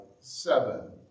seven